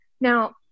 Now